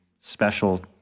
special